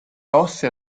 ossea